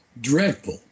dreadful